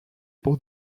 pour